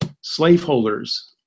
slaveholders